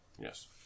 yes